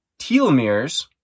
telomeres